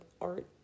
art